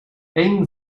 een